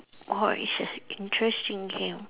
oh it's an interesting game